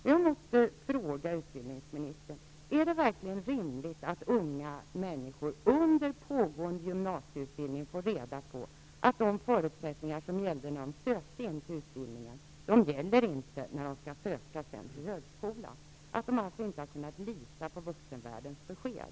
Jag måste fråga utbildningsministern: Är det verkligen rimligt att unga människor under pågående gymnasieutbildning får reda på att de förutsättningar som gällde när de sökte till utbildningen inte gäller när de skall söka till högskola, att de alltså inte har kunnat lita på vuxenvärldens besked?